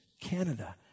Canada